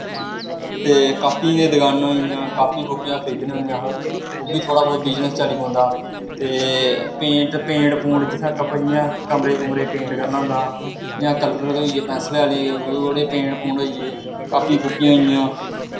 ते कापियें दियां दकानां होई गेइयां कापियां कूपियां खरीदने होन्ने अस ओह् बी थोह्ड़ा बौह्त बिजनस चली पौंदा ते पेंट पेंट पूंट जित्थें जि'यां कमरे कूमरे गी पेंट करना होंदा जि'यां कल्लर आह्ले होई गे पैंसल आह्ले पेंट पूंट होई गे कापियां कूपियां होई गेइयां